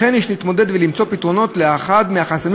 לכן יש להתמודד ולמצוא פתרונות לאחד מהחסמים